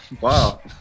Wow